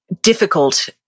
difficult